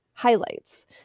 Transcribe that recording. highlights